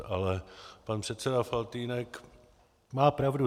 Ale pan předseda Faltýnek má pravdu.